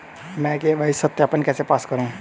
मैं के.वाई.सी सत्यापन कैसे पास करूँ?